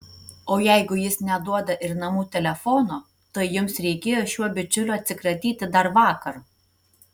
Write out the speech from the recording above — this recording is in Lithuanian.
o jeigu jis neduoda ir namų telefono tai jums reikėjo šiuo bičiuliu atsikratyti dar vakar